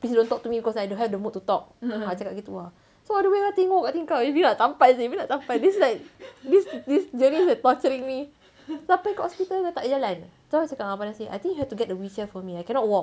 please don't talk to me because I don't have the mood to talk I cakap itu ah so on the way I tengok kat tingkap eh bila nak sampai seh bila nak sampai this is like this is this baby is torturing me sampai dekat hospital tak boleh jalan so kakak cakap dengan abang nasir I think you have to get the wheelchair for me I cannot walk